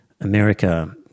America